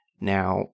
Now